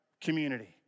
community